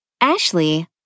Ashley